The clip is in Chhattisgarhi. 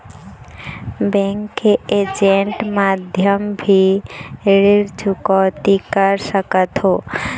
बैंक के ऐजेंट माध्यम भी ऋण चुकौती कर सकथों?